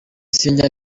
sinjya